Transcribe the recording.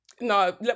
No